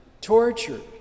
tortured